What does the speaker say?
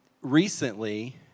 recently